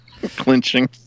Clinching